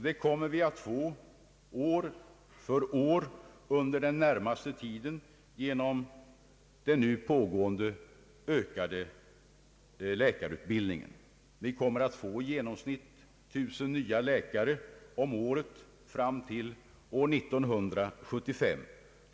Det kommer vi att få år för år under den närmaste tiden genom den nu pågående ökade läkarutbildningen. Vi kommer att få i genomsnitt tusen nya läkare om året fram till år 1975.